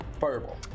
Fireball